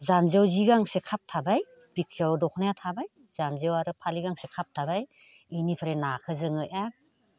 जानजियाव जि गांसे खाबथाबाय बिखायाव दखनाया थाबाय जानजियाव आरो फालि गांसे खाबथाबाय बेनिफ्राय नाखौ जोङो एकदम